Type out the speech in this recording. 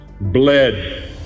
bled